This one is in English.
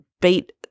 beat